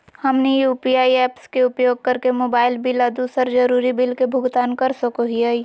हमनी UPI apps के उपयोग करके मोबाइल बिल आ दूसर जरुरी बिल के भुगतान कर सको हीयई